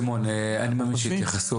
שמעון, אני מאמין שיתייחסו.